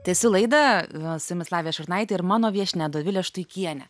tęsiu laidą su jumis lavija šurnaitė ir mano viešnia dovilė štuikienė